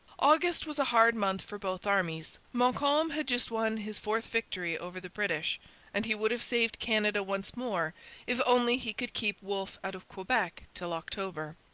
august was a hard month for both armies. montcalm had just won his fourth victory over the british and he would have saved canada once more if only he could keep wolfe out of quebec till october.